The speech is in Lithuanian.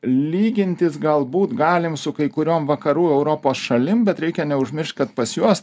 lygintis galbūt galim su kai kuriom vakarų europos šalim bet reikia neužmiršt kad pas juos